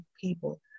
people